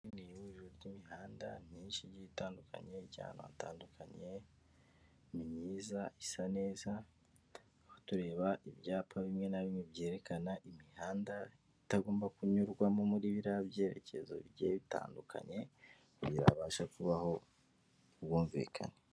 Ni ihuriro ry'imihanda myinshi igiye itandukanye, ijya ahatandukanye, ni myiza isa neza aho tureba ibyapa bimwe na bimwe byerekana imihanda itagomba kunyurwamo muri biriya byerekezo bigiye bitandukanye kugira ngo habashe kubaho ubwumvikane.